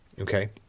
Okay